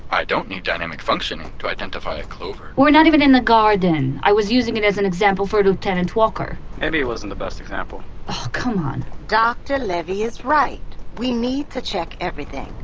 i don't need dynamic functioning to identify a clover we're not even in the garden! i was using it as an example for lieutenant walker maybe it wasn't the best example oh, come on doctor levy is right, we need to check everything.